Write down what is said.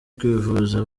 kwivuza